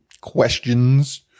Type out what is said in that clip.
questions